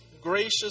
gracious